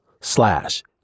slash